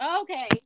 Okay